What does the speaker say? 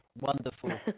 Wonderful